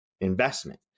investment